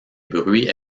bruits